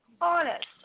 Honest